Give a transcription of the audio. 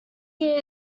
year